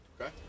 okay